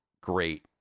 great